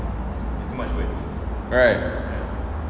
right